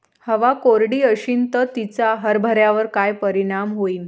हवा कोरडी अशीन त तिचा हरभऱ्यावर काय परिणाम होईन?